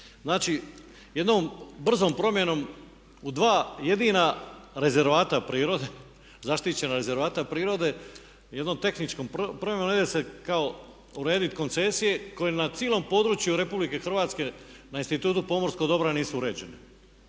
Znači, jednom brzom promjenom u dva jedina rezervata prirode, zaštićena rezervata prirode i jednom tehničkom promjenom ide se kao urediti koncesije koje na cijelom području Republike Hrvatske na Institutu pomorskog dobra nisu uređene.